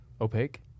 opaque